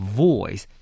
voice